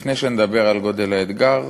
לפני שנדבר על גודל האתגר,